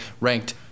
ranked